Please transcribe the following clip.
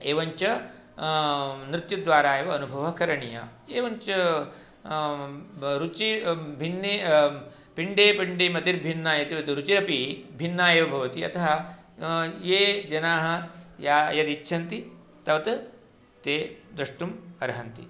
एवञ्च नृत्यद्वारा एव अनुभवः करणीय एवञ्च रुचि भिन्ने पिण्डे पिण्डे मतिर्भिन्ना इति रुचिरपि भिन्ना एव भवति यथा ये जनाः या यदिच्छन्ति तत् ते द्रष्टुम् अर्हन्ति